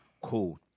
cool